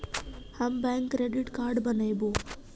हम bank credit card बनैवो?